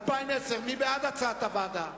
ל-2010, מי בעד הצעת הוועדה?